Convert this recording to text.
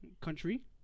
country